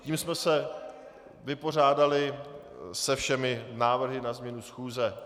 Tím jsme se vypořádali se všemi návrhy na změnu schůze.